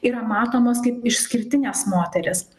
yra matomos kaip išskirtinės moterys